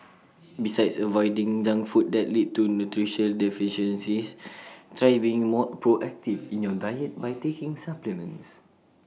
besides avoiding junk food that lead to nutritional deficiencies try being more proactive in your diet by taking supplements